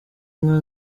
nka